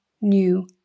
new